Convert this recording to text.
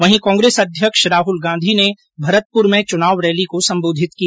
वहीं कांग्रेस अध्यक्ष राहल गांधी ने भरतपुर में चुनावी रैली को संबोधित किया